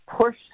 push